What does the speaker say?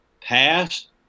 passed